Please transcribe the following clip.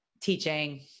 teaching